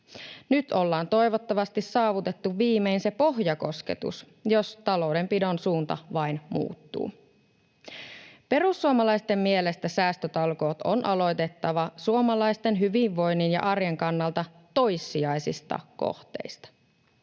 Nyt ollaan toivottavasti saavutettu viimein se pohjakosketus, jos taloudenpidon suunta vain muuttuu. Perussuomalaisten mielestä säästötalkoot on aloitettava suomalaisten hyvinvoinnin ja arjen kannalta toissijaisista kohteista.